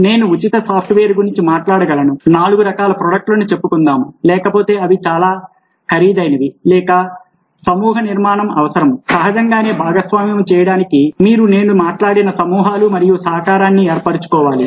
నేను ఉచిత సాఫ్ట్వేర్ గురించి మాట్లాడగలను నాలుగు రకాల ప్రోడక్ట్లను చెప్పుకుందాం లేకపోతే అవి చాలా చాలా ఖరీదైనవి లేక సమూహా నిర్మాణము అవసరము సహజంగానే భాగస్వామ్యం చేయడానికి మీరు నేను మాట్లాడిన సమూహాలు మరియు సహకారాన్ని ఏర్పరచుకోవాలి